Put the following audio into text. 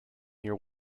near